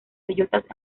bellotas